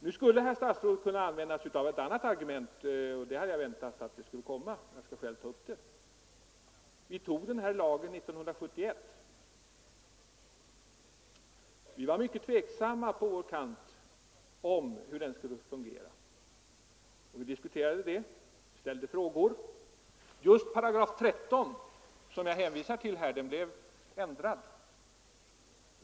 Nu skulle herr statsrådet kunna använda ett annat argument, och jag hade väntat att det skulle komma. Jag skall själv ta upp det. Riksdagen antog den här lagen år 1971. Vi var på vår kant mycket tveksamma om hur den skulle fungera, och vi diskuterade den och ställde frågor. Just 13 §, som jag hänvisar till, blev ändrad.